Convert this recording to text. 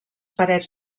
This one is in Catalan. parets